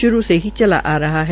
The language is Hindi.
श्रू से ही चला आ रहा है